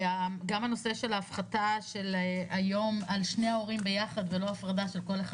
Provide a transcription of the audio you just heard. גם הנושא של הפחתה של יום על שני ההורים ביחד זה ולא הפרדה של כל אחד